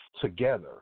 together